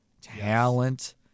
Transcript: talent